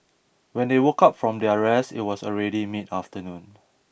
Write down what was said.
when they woke up from their rest it was already mid afternoon